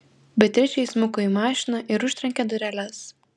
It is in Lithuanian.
beatričė įsmuko į mašiną ir užtrenkė dureles